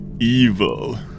evil